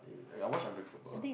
I watched unbreakable